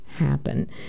happen